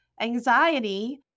anxiety